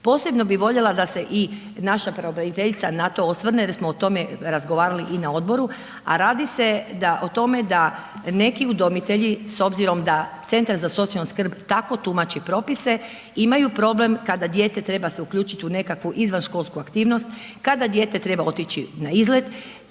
Posebno bih voljela da se i naša pravobraniteljica na to osvrne jer smo o tome razgovarali i na odboru, a radi se o tome da neki udomitelji s obzirom da CZSS tako tumači propise imaju problem kada dijete treba se uključiti u nekakvu izvanškolsku aktivnost, kada dijete treba otići na izlet,